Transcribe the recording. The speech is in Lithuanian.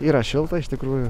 yra šilta iš tikrųjų